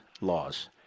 laws